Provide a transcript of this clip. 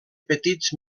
petits